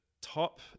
top